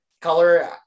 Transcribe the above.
color